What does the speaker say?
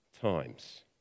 times